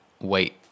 wait